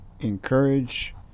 encourage